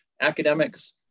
academics